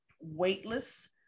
weightless